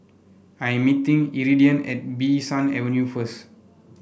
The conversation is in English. I am meeting Iridian at Bee San Avenue first